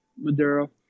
Maduro